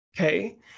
okay